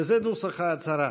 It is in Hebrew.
וזה נוסח ההצהרה: